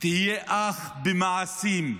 תהיה אח במעשים,